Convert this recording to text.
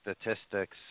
statistics